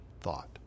thought